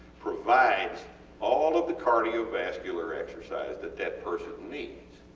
provides all of the cardiovascular exercise that that person needs